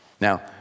Now